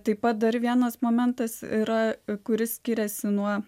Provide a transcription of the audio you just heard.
taip pat dar vienas momentas yra kuris skiriasi nuo